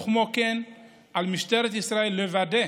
וכן על משטרת ישראל לוודא